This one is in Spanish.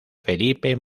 felipe